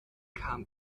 kam